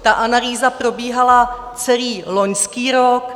Ta analýza probíhala celý loňský rok.